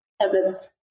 tablets